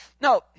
No